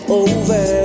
over